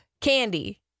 Candy